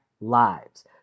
lives